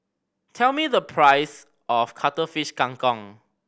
tell me the price of Cuttlefish Kang Kong